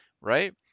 right